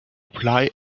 reply